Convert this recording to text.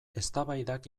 eztabaidak